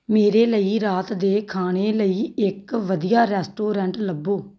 ਮੇਰੇ ਲਈ ਰਾਤ ਦੇ ਖਾਣੇ ਲਈ ਇੱਕ ਵਧੀਆ ਰੈਸਟੋਰੈਂਟ ਲੱਭੋ